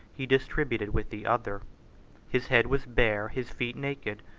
he distributed with the other his head was bare, his feet naked,